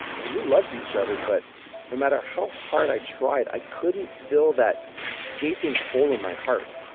we loved each other, but no matter how hard i tried, i couldn't fill that gaping hole in my heart.